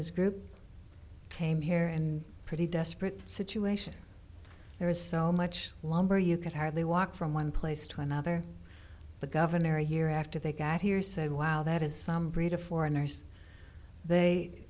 his group came here and pretty desperate situation there is so much lumber you could hardly walk from one place to another the governor a year after they got here said wow that is some breed of foreigners they